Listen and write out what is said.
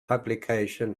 publication